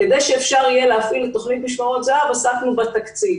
כדי שאפשר יהיה להפעיל את תוכנית "משמרות זהב" עסקנו בתקציב.